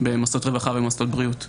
במוסדות רווחה ובמוסדות בריאות.